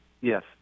Yes